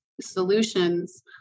solutions